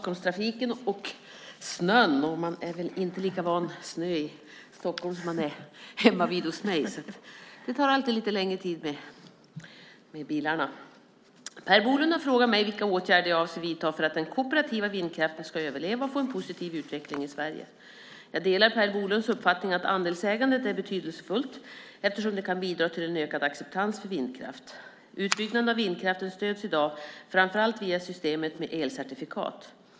Fru talman! Per Bolund har frågat mig vilka åtgärder jag avser att vidta för att den kooperativa vindkraften ska överleva och få en positiv utveckling i Sverige. Jag delar Per Bolunds uppfattning att andelsägandet är betydelsefullt eftersom det kan bidra till en ökad acceptans för vindkraft. Utbyggnaden av vindkraften stöds i dag framför allt via systemet med elcertifikat.